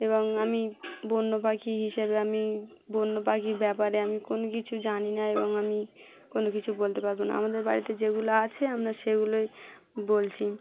এবং আমি বন্য পাখি হিসেবে আমি বন্য পাখির ব্যাপারে আমি কোনো কিছু জানি না এবং আমি কোনো কিছু বলতে পারবো না আমাদের বাড়িতে যেগুলো আছে আমরা সেগুলোই বলছি